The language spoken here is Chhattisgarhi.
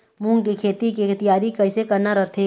मूंग के खेती के तियारी कइसे करना रथे?